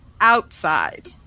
outside